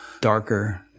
darker